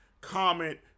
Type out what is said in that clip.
comment